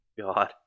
God